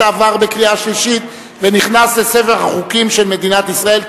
עבר בקריאה שלישית ונכנס לספר החוקים של מדינת ישראל.